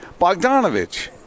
Bogdanovich